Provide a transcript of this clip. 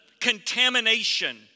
contamination